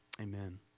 Amen